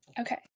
Okay